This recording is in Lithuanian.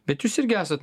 bet jūs irgi esat